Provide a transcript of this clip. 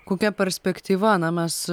kokia perspektyva na mes